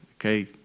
Okay